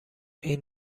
این